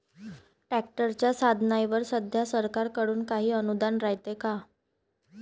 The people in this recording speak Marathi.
ट्रॅक्टरच्या साधनाईवर सध्या सरकार कडून काही अनुदान रायते का?